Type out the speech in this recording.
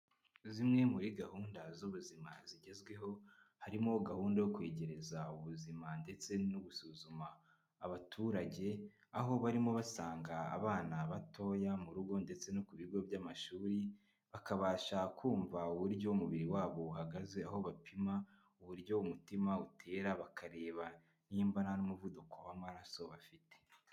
Zimwe muri gahunda z'ubuzima zigezweho, harimo gahunda yo kwegereza ubuzima ndetse no gusuzuma abaturage, aho barimo basanga abana batoya mu rugo ndetse no ku bigo by'amashuri, bakabasha kumva uburyo umubiri wabo uhagaze, aho bapima uburyo umutima utera bakareba nimba nta n'umuvuduko w'amaraso bafite.